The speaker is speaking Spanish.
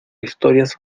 historias